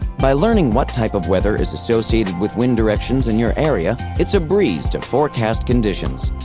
by learning what type of weather is associated with wind directions in your area, it's a breeze to forecast conditions.